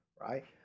right